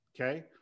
okay